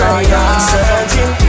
Searching